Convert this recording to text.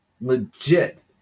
legit